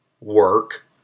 Work